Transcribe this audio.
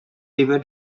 able